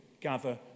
gather